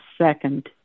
second